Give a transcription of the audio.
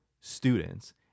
students